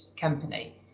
company